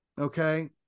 okay